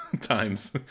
times